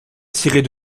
tirer